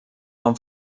van